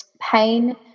pain